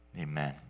amen